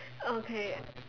okay